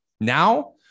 Now